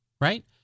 right